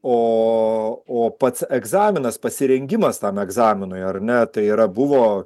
o o pats egzaminas pasirengimas tam egzaminui ar ne tai yra buvo